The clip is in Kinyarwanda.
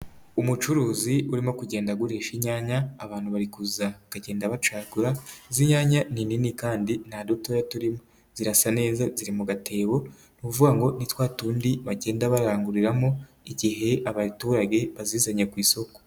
Umucuruzi urimo kugenda agurisha inyanya. Abantu barikuza akagenda bacagura. Izi nyanya ni nini kandi nta dutoya turimo. Zirasa neza ziri mu gatebo ni ukuvuga ngo ni twa tundi bagenda baranguriramo, igihe abaturage bazizanye ku isoko.